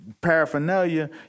paraphernalia